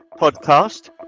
podcast